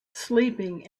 sleeping